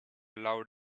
loud